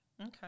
okay